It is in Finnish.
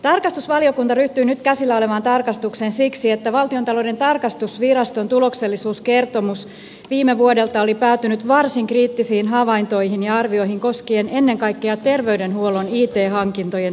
tarkastusvaliokunta ryhtyy nyt käsillä olevaan tarkastukseen siksi että valtiontalouden tarkastusviraston tuloksellisuuskertomus viime vuodelta oli päätynyt varsin kriittisiin havaintoihin ja arvioihin koskien ennen kaikkea terveydenhuollon it hankintojen toteutusta